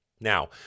Now